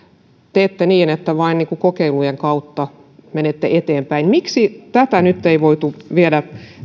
nyt niin että vain kokeilujen kautta menette eteenpäin miksi tätä ei voitu viedä